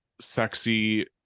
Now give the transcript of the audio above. sexy